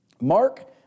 Mark